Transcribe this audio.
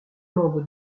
membres